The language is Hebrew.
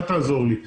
אל תעזור לי.